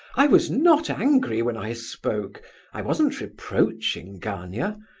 i was not angry when i spoke i wasn't reproaching gania.